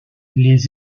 les